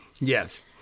Yes